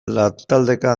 lantaldeka